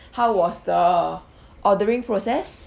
how was the ordering process